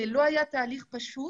זה לא היה תהליך פשוט